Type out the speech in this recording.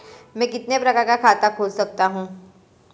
मैं कितने प्रकार का खाता खोल सकता हूँ?